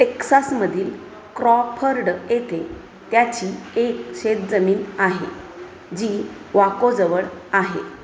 टेक्सासमधील Crawford येथे त्याची एक शेतजमीन आहे जी वाकोजवळ आहे